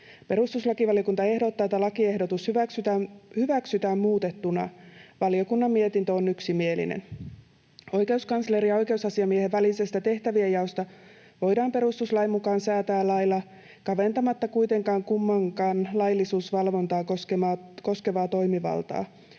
Perustuslakivaliokunta ehdottaa, että lakiehdotus hyväksytään muutettuna. Valiokunnan mietintö on yksimielinen. Oikeuskanslerin ja oikeusasiamiehen välisestä tehtävienjaosta voidaan perustuslain mukaan säätää lailla kaventamatta kuitenkaan kummankaan laillisuusvalvontaa koskevaa toimivaltaa.